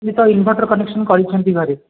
ଇଏ ତ inverter connection କରିଛନ୍ତି ଘରେ